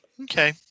Okay